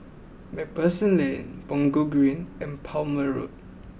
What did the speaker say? MacPherson Lane Punggol Green and Plumer Road